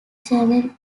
german